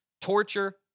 torture